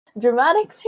dramatic